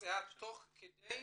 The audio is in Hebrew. יתבצע תוך כדי